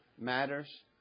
matters